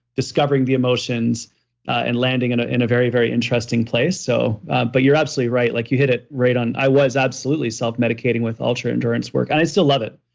discovering the emotions and landing in a very, very interesting place. so ah but you're absolutely right, like you hit it right on. i was absolutely selfmedicating with ultra-endurance work and i still love it.